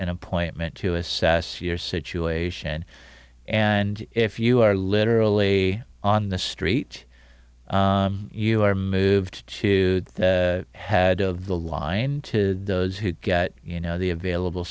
an appointment to assess your situation and if you are literally on the street you are moved to had of the line to those who you know the available